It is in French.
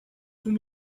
sont